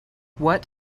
what